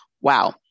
wow